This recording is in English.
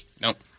Nope